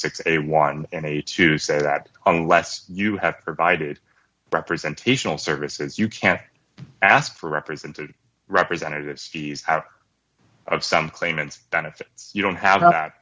six a one and i hate to say that unless you have provided representation of services you can't ask for represented representatives out of some claimants benefits you don't have that